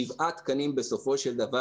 שבעה תקנים בסופו של דבר,